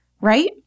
right